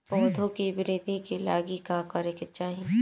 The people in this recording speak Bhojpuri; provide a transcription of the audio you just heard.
पौधों की वृद्धि के लागी का करे के चाहीं?